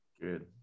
Good